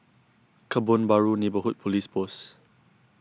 Kebun Baru Neighbourhood Police Post